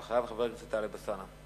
ואחריו, חבר הכנסת טלב אלסאנע.